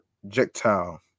projectile